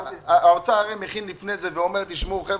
האוצר הרי מכין לפני זה ואומר: חבר'ה,